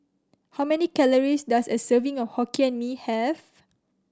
how many calories does a serving of Hokkien Mee have